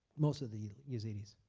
most of the yazidis.